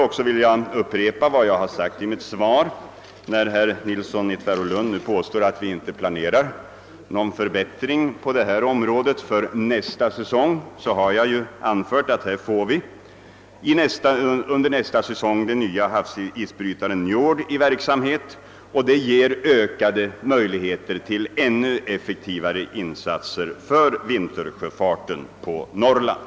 Och då herr Nilsson i Tvärålund påstår att vi inte planerar någon förbättring på detta område för nästa säsong vill jag upprepa vad jag anfört i mitt svar, att »den nya havsisbrytaren Njord som skall levereras till nästa isbrytarsäsong kommer att ingå som en del av isbrytarorganisationen, vilket ger ökade möjligheter till än effektivare insatser för vintersjöfarten på Norrland».